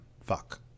fuck